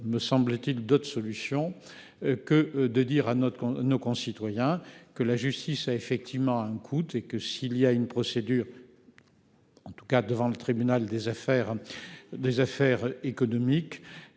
me semble-t-il d'autres solutions que de dire à notre ont nos concitoyens que la justice a effectivement un coup et que s'il y a une procédure. En tout cas devant le tribunal des affaires. Des